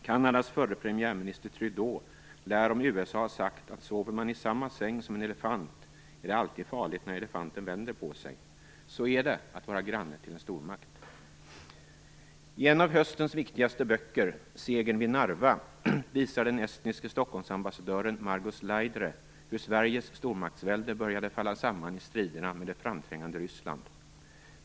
Kanadas förre premiärminister Trudeau lär om USA ha sagt, att sover man i samma säng som en elefant är det alltid farligt när elefanten vänder på sig. Så är det att vara granne till en stormakt. I en av höstens viktigaste böcker - Segern vid Margus Laidre hur Sveriges stormaktsvälde började falla samman i striderna med det framträngande Ryssland.